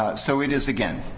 ah so it is, again,